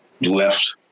left